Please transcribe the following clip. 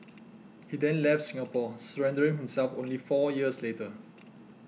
he then left Singapore surrendering himself only four years later